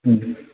ओम